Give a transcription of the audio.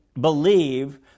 believe